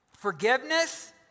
Forgiveness